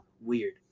weird